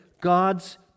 God's